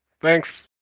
Thanks